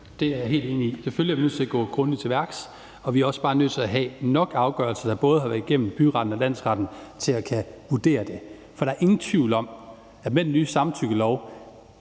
det er jeg helt enig i. Selvfølgelig er vi nødt til at gå grundigt til værks, og vi er bare nødt til at have nok afgørelser, der både har været gennem byretten og landsretten, til at kunne vurdere det. For der er ingen tvivl om, at med den nye samtykkelov,